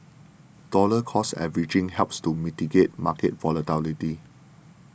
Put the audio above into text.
dollar cost averaging helps to mitigate market volatility